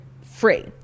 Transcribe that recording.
free